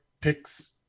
picks